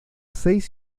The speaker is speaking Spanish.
seis